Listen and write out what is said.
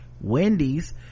Wendy's